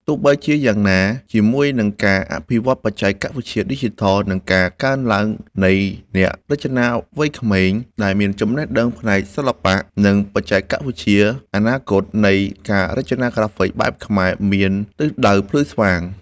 ទោះបីជាយ៉ាងណា ជាមួយនឹងការអភិវឌ្ឍបច្ចេកវិទ្យាឌីជីថល និងការកើនឡើងនៃអ្នករចនាវ័យក្មេងដែលមានចំណេះដឹងផ្នែកសិល្បៈ និងបច្ចេកវិទ្យា អនាគតនៃការរចនាក្រាហ្វិកបែបខ្មែរមានទិសដៅភ្លឺស្វាង។